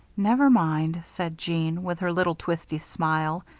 never mind, said jeanne, with her little twisty smile,